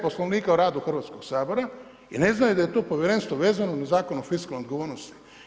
Poslovnika o radu Hrvatskog sabora i ne znaju da je to povjerenstvo vezano Zakonom o fiskalnoj odgovornosti.